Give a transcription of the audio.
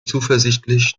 zuversichtlich